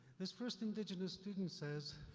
this first indigenous student says,